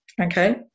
okay